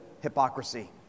hypocrisy